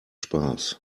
spaß